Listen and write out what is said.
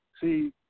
see